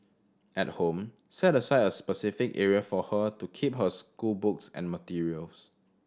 at home set aside a specific area for her to keep her schoolbooks and materials